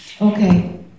Okay